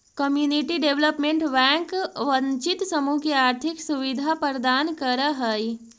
community development bank वंचित समूह के आर्थिक सुविधा प्रदान करऽ हइ